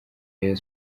rayon